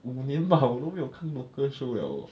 五年 bah 我都没有看 local show liao loh